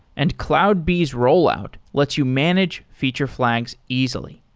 and cloudbees rollout lets you manage feature flags easily.